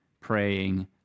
praying